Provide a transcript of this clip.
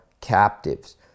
captives